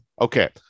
Okay